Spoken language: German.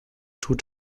tut